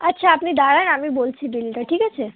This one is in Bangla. আচ্ছা আপনি দাঁড়ান আমি বলছি বিলটা ঠিক আছে